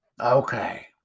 Okay